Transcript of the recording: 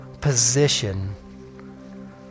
position